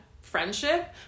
friendship